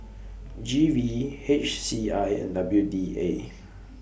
G V H C I and W D A